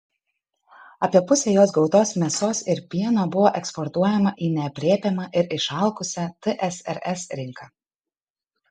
apie pusę jos gautos mėsos ir pieno buvo eksportuojama į neaprėpiamą ir išalkusią tsrs rinką